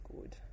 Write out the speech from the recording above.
good